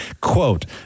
Quote